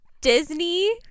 Disney